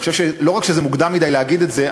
אני חושב שלא רק שמוקדם מדי להגיד את זה,